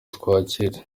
twakira